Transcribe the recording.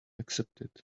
accepted